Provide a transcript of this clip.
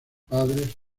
padres